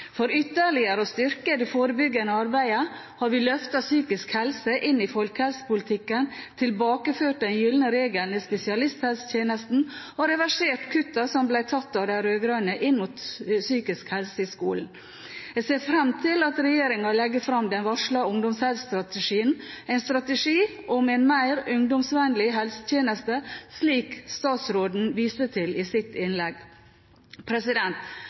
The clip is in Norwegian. For ytterligere å styrke det forebyggende arbeidet har vi løftet psykisk helse inn i folkehelsepolitikken, tilbakeført den gylne regel i spesialisthelsetjenesten og reversert kuttene som ble tatt av de rød-grønne inn mot psykisk helse i skolen. Jeg ser fram til at regjeringen legger fram den varslede ungdomshelsestrategien, en strategi om en mer ungdomsvennlig helsetjeneste, slik statsråden viste til i sitt innlegg.